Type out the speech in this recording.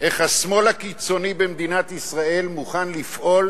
איך השמאל הקיצוני במדינת ישראל מוכן לפעול